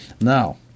Now